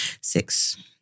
Six